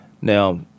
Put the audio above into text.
Now